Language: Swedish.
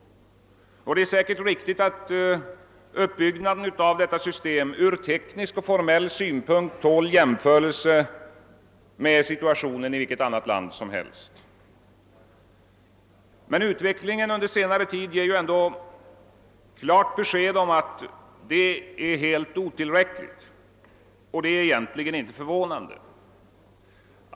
Det är säkerligen också riktigt att uppbyggnaden av vårt representativa system ur teknisk och formell synpunkt tål jämförelse med situationen i vilket annat land som helst. Men utvecklingen under senare tid ger klart besked om att detta är helt otillräckligt, och det är egentligen inte förvånande.